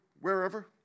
wherever